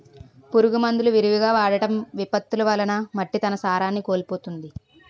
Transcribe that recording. పురుగు మందులు విరివిగా వాడటం, విపత్తులు వలన మట్టి తన సారాన్ని కోల్పోతుంది